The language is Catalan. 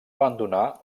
abandonar